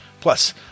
Plus